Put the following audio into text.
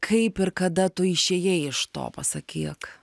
kaip ir kada tu išėjai iš to pasakyk